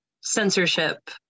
censorship